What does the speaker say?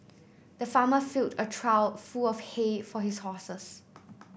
the farmer filled a trough full of hay for his horses